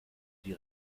die